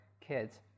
kids